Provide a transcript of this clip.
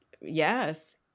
Yes